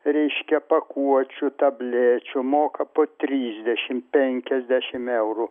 reiškia pakuočių tablečių moka po trisdešim penkiasdešim eurų